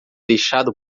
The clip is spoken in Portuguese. deixado